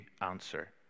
answer